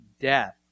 death